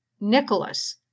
Nicholas